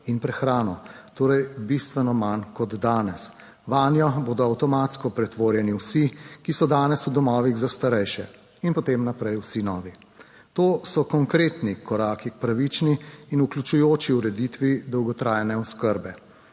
in prehrano, torej bistveno manj kot danes. Vanjo bodo avtomatsko pretvorjeni vsi, ki so danes v domovih za starejše in potem naprej vsi novi. To so konkretni koraki k pravični in vključujoči ureditvi dolgotrajne oskrbe.